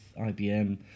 IBM